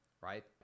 right